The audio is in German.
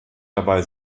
dabei